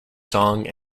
song